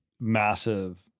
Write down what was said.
massive